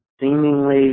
seemingly